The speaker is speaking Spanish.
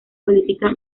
política